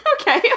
Okay